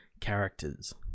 characters